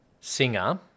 singer